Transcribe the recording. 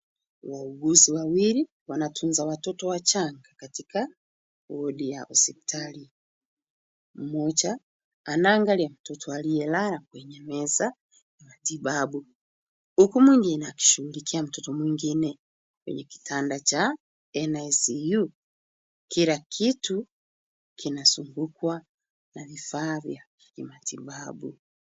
Wauguzi wawili wanatunza watoto wachanga katika wodi ya hospitali mmoja anaangalia mtoto aliyelala kwenye meza matibabu huku mwingine anashughulikia mtoto mwingine kwenye kitanda cha NICU ,kila kitu kinazungukwa na vifaa vya kimatibabu.